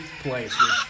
place